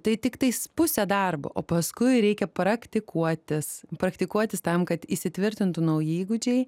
tai tik tais pusę darbo o paskui reikia praktikuotis praktikuotis tam kad įsitvirtintų nauji įgūdžiai